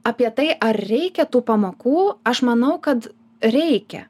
apie tai ar reikia tų pamokų aš manau kad reikia